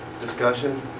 Discussion